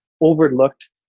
overlooked